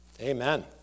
Amen